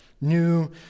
New